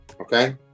Okay